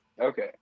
okay